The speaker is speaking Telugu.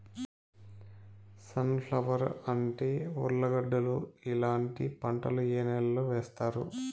సన్ ఫ్లవర్, అంటి, ఉర్లగడ్డలు ఇలాంటి పంటలు ఏ నెలలో వేస్తారు?